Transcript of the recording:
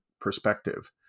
perspective